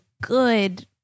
good